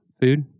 food